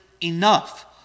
enough